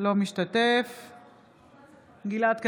אינו משתתף בהצבעה גלעד קריב,